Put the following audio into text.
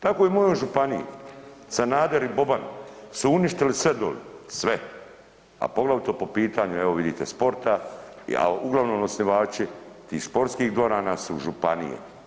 Tako i u mojoj županiji Sanader i Boban su uništili sve doli, sve, a poglavito po pitanju evo vidite sporta, a uglavnom osnivači tih sportskih dvorana su županije.